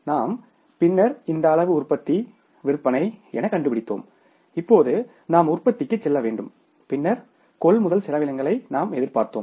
நாம் பின்னர் இந்த அளவு உற்பத்தி விற்பனை என கண்டுபிடித்தோம் இப்போது நாம் உற்பத்திக்கு செல்ல வேண்டும் பின்னர் கொள்முதல் செலவினங்களை நான் எதிர்பார்த்தோம்